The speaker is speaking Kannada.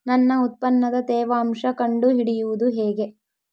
ನನ್ನ ಉತ್ಪನ್ನದ ತೇವಾಂಶ ಕಂಡು ಹಿಡಿಯುವುದು ಹೇಗೆ?